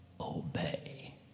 obey